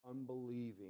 unbelieving